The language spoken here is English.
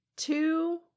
Two